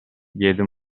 diede